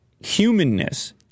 humanness